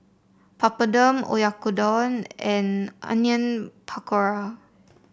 Papadum Oyakodon and Onion Pakora